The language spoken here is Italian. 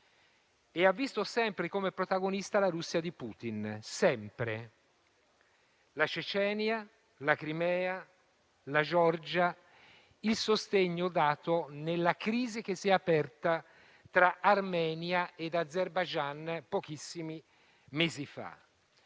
- ripeto, sempre - come protagonista la Russia di Putin: la Cecenia, la Crimea, la Georgia, il sostegno dato nella crisi che si è aperta tra Armenia e Azerbaigian pochissimi mesi fa.